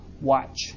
watch